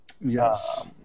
Yes